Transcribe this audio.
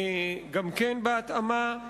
גם כן בהתאמה,